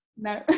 no